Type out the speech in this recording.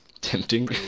tempting